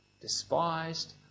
despised